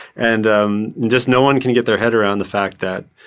and um just no one can get their head around the fact that,